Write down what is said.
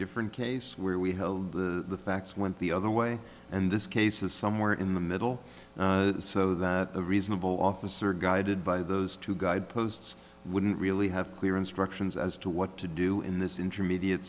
different case where we have the facts went the other way and this case is somewhere in the middle so the reasonable officer guided by those two good posts wouldn't really have clear instructions as to what to do in this intermediate